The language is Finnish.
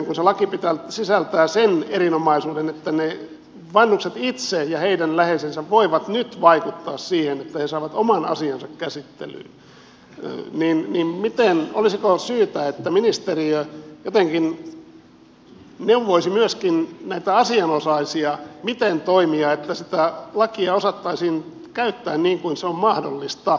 kun se laki sisältää sen erinomaisuuden että vanhukset itse ja heidän läheisensä voivat nyt vaikuttaa siihen että he saavat oman asiansa käsittelyyn niin olisiko syytä että ministeriö jotenkin neuvoisi myöskin näitä asianosaisia miten toimia niin että sitä lakia osattaisiin käyttää niin kuin se on mahdollista